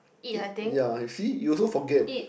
it ya you see you also forget